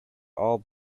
all